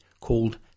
called